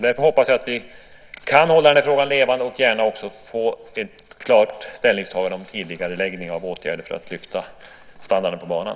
Därför hoppas jag att vi kan hålla den här frågan levande och gärna också få ett klart ställningstagande om tidigareläggning av åtgärder för att lyfta standarden på banan.